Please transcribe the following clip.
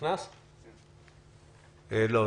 מוריס,